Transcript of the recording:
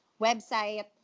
website